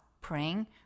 praying